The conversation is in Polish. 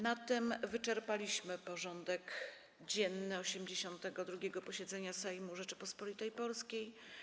Na tym wyczerpaliśmy porządek dzienny 82. posiedzenia Sejmu Rzeczypospolitej Polskiej.